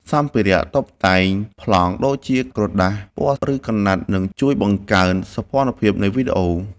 សម្ភារៈតុបតែងប្លង់ដូចជាក្រដាសពណ៌ ឬ ក្រណាត់នឹងជួយបង្កើនសោភ័ណភាពនៃវីដេអូ។